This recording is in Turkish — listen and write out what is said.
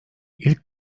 ilk